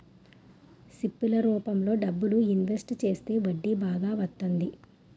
SIP ల రూపంలో డబ్బులు ఇన్వెస్ట్ చేస్తే వడ్డీ బాగా వత్తంది